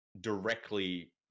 directly